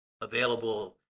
available